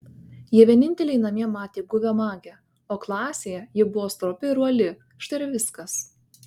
jie vieninteliai namie matė guvią magę o klasėje ji buvo stropi ir uoli štai ir viskas